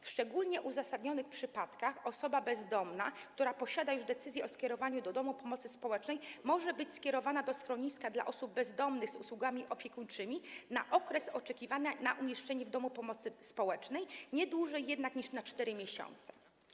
W szczególnie uzasadnionych przypadkach osoba bezdomna, która posiada już decyzję o skierowaniu do domu pomocy społecznej, może być umieszczona w schronisku dla osób bezdomnych z usługami opiekuńczymi na okres oczekiwania na umieszczenie w domu pomocy społecznej, nie dłużej jednak niż na 4 miesiące.